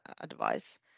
advice